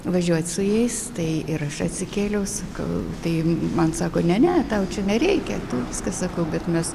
važiuot su jais tai ir aš atsikėliau sakau tai man sako ne ne tau čia nereikia tu viskas sakau kad mes